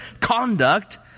conduct